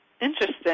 Interesting